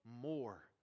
more